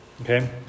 okay